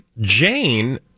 Jane